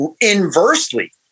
inversely